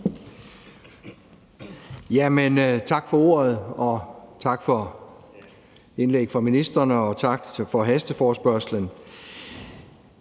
Tak for ordet. Tak for indlægget fra ministeren, og tak for hasteforespørgslen.